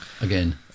again